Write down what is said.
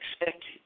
expected